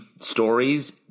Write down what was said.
stories